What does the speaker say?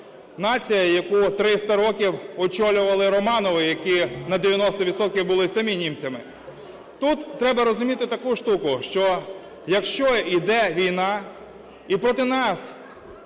нація, яку 300 років очолювали Романови, які на 90 відсотків були самі німцями. Тут треба розуміти таку штуку, що якщо іде війна, і проти нас